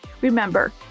Remember